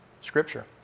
Scripture